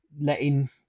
letting